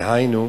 דהיינו,